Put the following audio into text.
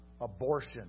Abortion